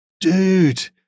dude